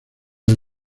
del